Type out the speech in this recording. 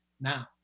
now